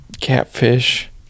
catfish